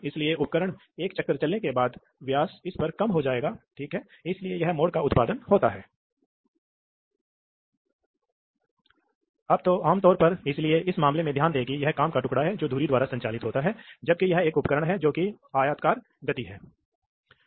फिर हम तीन तरफा वाल्व पर आते हैं मूल रूप से यह दो पोर्ट हैं एक आपूर्ति है दूसरा निकास है और जैसा कि आप देख सकते हैं यह स्प्रिंग लोड भी है इसलिए जब कोई नहीं है तो यह है जब यह बटन संचालित होता है तो जब पुश बटन दबाया नहीं जाता है तो यह आपूर्ति बंद हो जाती है और सिलेंडर निकास से जुड़ा होता है